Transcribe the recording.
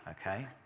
Okay